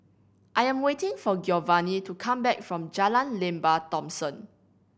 I am waiting for Giovani to come back from Jalan Lembah Thomson